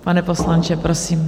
Pane poslanče, prosím.